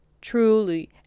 Truly